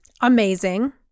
Amazing